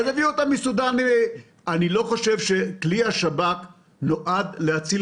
אני לא חושב שכלי השב"כ נועד להציל